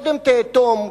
קודם תאטום,